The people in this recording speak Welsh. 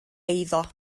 eiddo